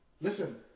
Listen